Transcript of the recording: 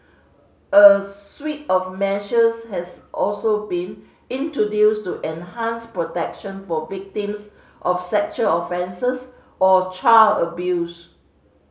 a suite of measures has also been introduced to enhance protection for victims of sexual offences or child abuse